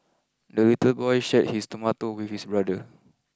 the little boy shared his tomato with his brother